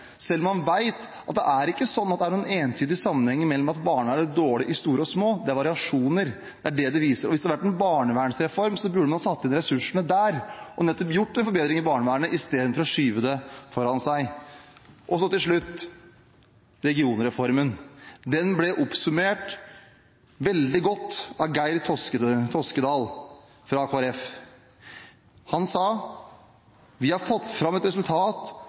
selv om man vet at det er ikke sånn at det er noen entydige sammenhenger mellom at barnevern er dårlig i store eller små kommuner, det er variasjoner. Det er det det viser. Hvis det hadde vært en barnevernsreform, burde man ha satt inn ressursene der og nettopp gjort en forbedring i barnevernet istedenfor å skyve det foran seg. Så til slutt regionreformen. Den ble oppsummert veldig godt av Geir Toskedal fra Kristelig Folkeparti. Han sa: «… vi har greid å få fram